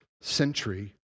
century